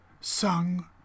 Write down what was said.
sung